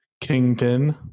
kingpin